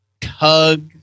tug